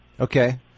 Okay